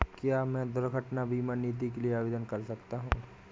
क्या मैं दुर्घटना बीमा नीति के लिए आवेदन कर सकता हूँ?